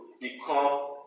become